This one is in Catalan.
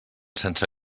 sense